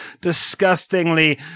disgustingly